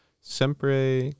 Sempre